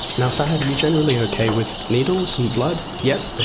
and fahad, are you generally okay with needles and blood? yep. but